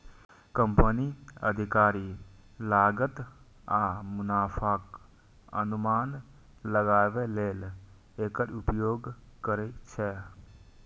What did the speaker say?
कंपनीक अधिकारी लागत आ मुनाफाक अनुमान लगाबै लेल एकर उपयोग करै छै